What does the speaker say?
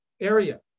area